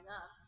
up